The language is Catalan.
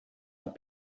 amb